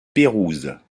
pérouse